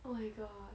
oh my god